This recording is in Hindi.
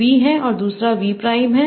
एक V है और दूसरा V प्राइम है